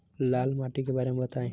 लाल माटी के बारे में बताई